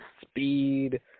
speed